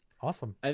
awesome